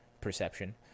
perception